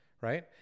right